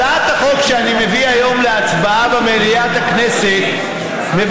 הצעת החוק שאני מביא היום להצבעה במליאת הכנסת מבקשת